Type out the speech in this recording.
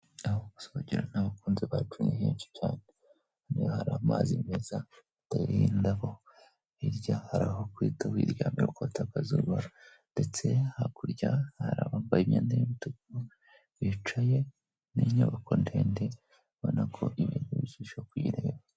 Aho gusohogira n'abakunzi bacu ni nyinshi cyane niba hari amazi meza atarindadabo birya hari aho ku iduburyamikotakazuba ndetse hakurya hari abambaye imyenda y'imituku bicaye n inyubako ndendebona ko ibintu birusha kuyireba.